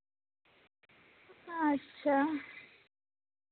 ᱟᱪᱪᱷᱟ